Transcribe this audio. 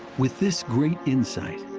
with this great insight,